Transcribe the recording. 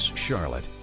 charlotte.